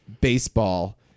baseball